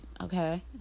okay